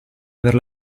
aver